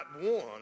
one